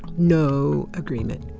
no agreement.